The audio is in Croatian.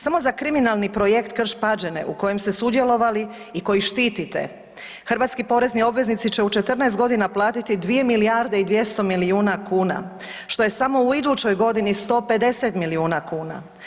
Samo za kriminalni projekt Krš-Pađene, u kojem ste sudjelovali i koji štitite, hrvatski porezni obveznici će u 14 godina platiti 2 milijarde i 200 milijuna kuna, što je samo u idućoj godini 150 milijuna kuna.